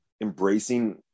embracing